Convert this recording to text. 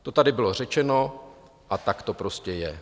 To tady bylo řečeno a tak to prostě je.